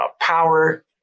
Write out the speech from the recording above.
Power